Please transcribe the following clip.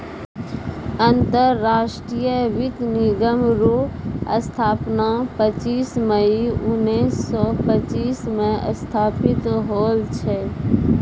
अंतरराष्ट्रीय वित्त निगम रो स्थापना पच्चीस मई उनैस सो पच्चीस मे स्थापित होल छै